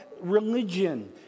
religion